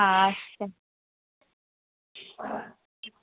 আচ্ছা